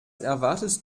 erwartest